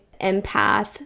empath